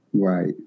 Right